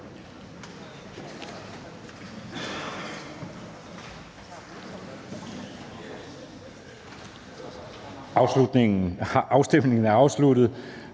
Afstemningen er afsluttet.